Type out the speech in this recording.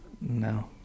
No